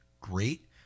great